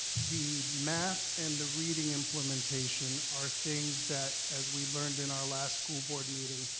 the math and the reading implementation are things that as we learned in our last school board meeting,